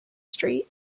street